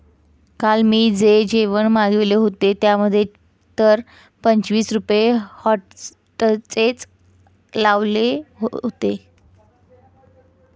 काल मी जे जेवण मागविले होते, त्यामध्ये तर पंचवीस रुपये व्हॅटचेच लावले होते